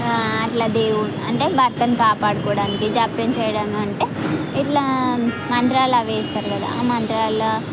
అట్ల దేవుడు అంటే భర్తను కాపాడుకోవడానికి జాప్యం చేయడము అంటే ఇట్లా మంత్రాలు అవి వేస్తారు కదా మంత్రాల